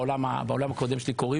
כך קוראים לזה בעולם הקודם שלי.